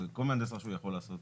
כל מהנדס רשוי יכול לעשות